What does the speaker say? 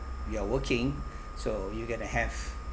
you are working so you going to have